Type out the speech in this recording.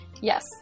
Yes